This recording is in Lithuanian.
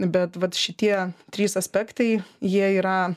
bet vat šitie trys aspektai jie yra